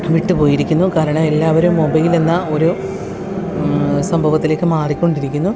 വിട്ടുപോയിരിക്കുന്നു കാരണം എല്ലാവരും മൊബൈൽ എന്ന ഒരു സംഭവത്തിലേക്ക് മാറിക്കൊണ്ടിരിക്കുന്നു